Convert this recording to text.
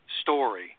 story